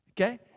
Okay